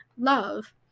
love